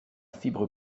fibre